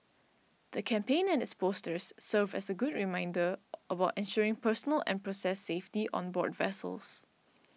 the campaign and its posters serve as good reminders about ensuring personal and process safety on board vessels